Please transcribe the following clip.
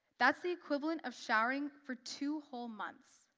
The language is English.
that's the equivalent of showering for two whole months.